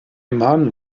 mann